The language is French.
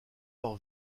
leur